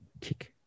kick